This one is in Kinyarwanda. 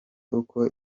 uko